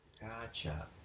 Gotcha